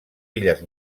illes